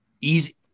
easy